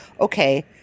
okay